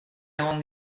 egon